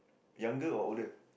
younger or older